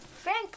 frank